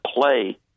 play